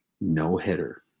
no-hitter